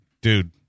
dude